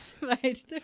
Right